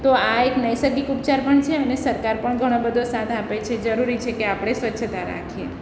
તો આ એક નૈસર્ગિક ઉપચાર પણ છે અને સરકાર પણ ઘણો બધો સાથ આપે છે જરૂરી છે કે આપણે સ્વચ્છતા રાખીએ